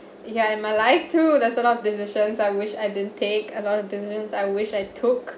ya in my life too there's a lot of decisions I wish I didn't take a lot of decisions I wish I took